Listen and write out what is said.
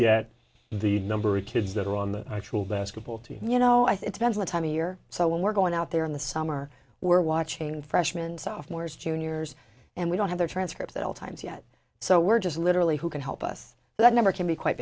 recruit the number of kids that are on the actual basketball team you know i think spends a lot time a year so when we're going out there in the summer we're watching freshmen sophomores juniors and we don't have the transcript at all times yet so we're just literally who can help us that number can be quite